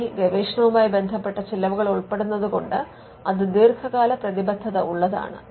അതിൽ ഗവേഷണവുമായി ബന്ധപ്പെട്ട ചിലവുകൾ ഉൾപ്പെടുന്നത് കൊണ്ട് അത് ദീർഘകാല പ്രതിബദ്ധത ഉള്ളതാണ്